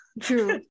True